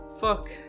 Fuck